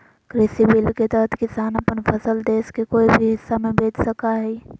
कृषि बिल के तहत किसान अपन फसल देश के कोय भी हिस्सा में बेच सका हइ